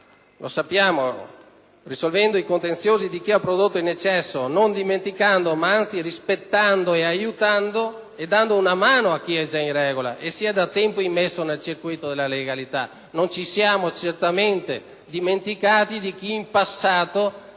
positiva, risolvendo contenziosi di chi ha prodotto in eccesso, non dimenticando, però, e, anzi, rispettando e dando una mano a chi è già in regola e si è da tempo immesso nel circuito della legalità. Non ci siamo certamente dimenticati di chi in passato